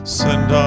send